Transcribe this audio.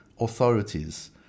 authorities